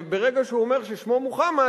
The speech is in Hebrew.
ברגע שהוא אומר ששמו מוחמד,